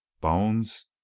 Bones